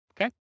okay